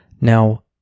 Now